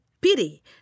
pity